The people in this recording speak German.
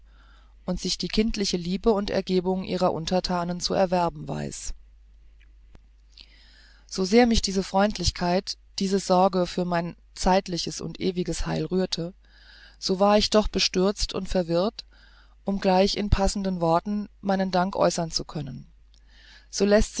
und sich die kindliche liebe und ergebung ihrer unterthanen zu erwerben weiß so sehr mich diese freundlichkeit diese sorge für mein zeitliches und ewiges heil rührte so war ich doch zu bestürzt und verwirrt um gleich in passenden worten meinen dank äußern zu können so läßt